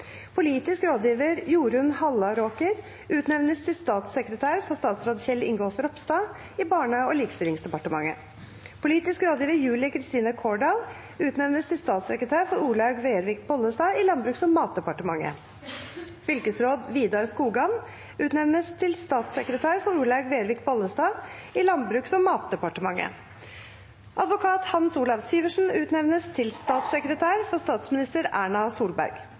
Politisk rådgiver Jorunn Hallaråker utnevnes til statssekretær for statsråd Kjell Ingolf Ropstad i Barne- og likestillingsdepartementet. Politisk rådgiver Julie Kristine Kordal utnevnes til statssekretær for Olaug Vervik Bollestad i Landbruks- og matdepartementet. Fylkesråd Widar Skogan utnevnes til statssekretær for Olaug Vervik Bollestad i Landbruks- og matdepartementet. Advokat Hans Olav Syversen utnevnes til statssekretær for statsminister Erna Solberg. Siviløkonom Oluf Ulseth utnevnes til statssekretær for statsminister Erna Solberg.